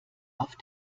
auf